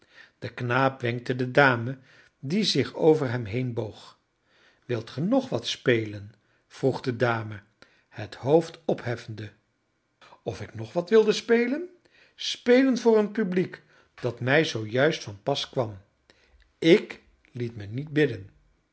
de knaap wenkte de dame die zich over hem heen boog wilt ge nog wat spelen vroeg de dame het hoofd opheffende of ik nog wat wilde spelen spelen voor een publiek dat mij zoo juist van pas kwam ik liet me niet bidden